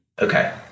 Okay